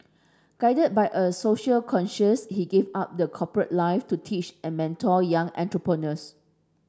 guided by a social conscience he gave up the corporate life to teach and mentor young entrepreneurs